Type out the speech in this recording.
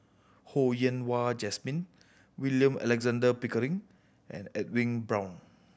Ho Yen Wah Jesmine William Alexander Pickering and Edwin Brown